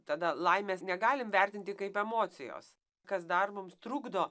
tada laimės negalim vertinti kaip emocijos kas dar mums trukdo